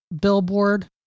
billboard